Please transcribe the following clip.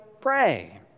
pray